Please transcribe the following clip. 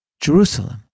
Jerusalem